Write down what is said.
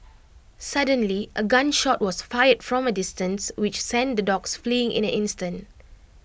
suddenly A gun shot was fired from A distance which sent the dogs fleeing in an instant